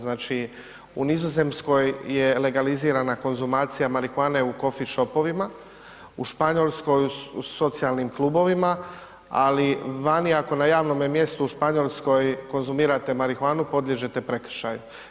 Znači u Nizozemskoj je legalizirana konzumacija marihuane u coffee shopovima, u Španjolskoj u socijalnim klubovima, ali, vani, ako na javnome mjestu u Španjolskoj konzumirate marihuane, podliježete prekršaju.